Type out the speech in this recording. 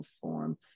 form